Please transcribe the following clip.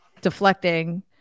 deflecting